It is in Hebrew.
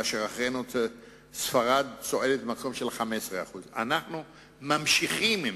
ואחרינו צועדת ספרד, עם 15%. אנחנו ממשיכים בזה.